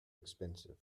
expensive